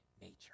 nature